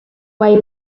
way